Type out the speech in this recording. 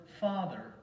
father